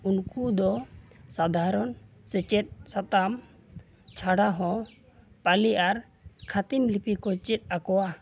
ᱩᱱᱠᱚ ᱫᱚ ᱥᱟᱫᱷᱟᱨᱚᱱ ᱥᱮᱪᱮᱫ ᱥᱟᱛᱟᱢ ᱪᱷᱟᱲᱟᱦᱚᱸ ᱯᱟᱞᱤ ᱟᱨ ᱠᱷᱟᱛᱤᱢ ᱞᱤᱯᱤᱠᱚ ᱪᱮᱫ ᱟᱠᱚᱣᱟ